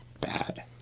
bad